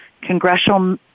Congressional